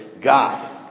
God